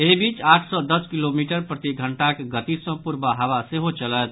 एहि बीच आठ सॅ दस किलोमीटर प्रतिघंटाक गति सॅ प्ररबा हवा सेहो चलत